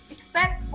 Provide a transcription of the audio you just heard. Expect